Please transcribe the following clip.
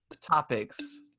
topics